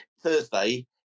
thursday